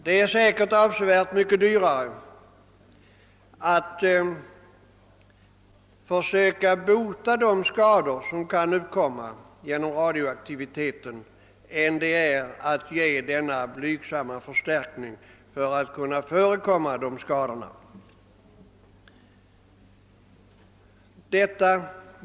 Det är säkert avsevärt mycket dyrare att försöka bota de skador som kan uppkomma genom radioaktiviteten än det är att ge denna blygsamma förstärkning för att kunna förekomma dessa skador.